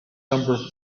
number